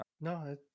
No